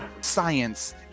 science